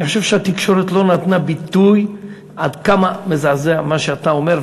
אני חושב שהתקשורת לא נתנה ביטוי עד כמה מזעזע מה שאתה אומר,